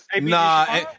Nah